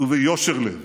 וביושר לב